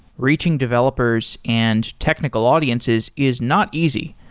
reaching developers and technical audiences is not easy,